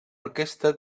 orquestra